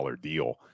deal